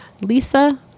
Lisa